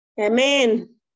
Amen